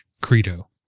credo